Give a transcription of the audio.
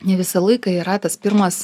ne visą laiką yra tas pirmas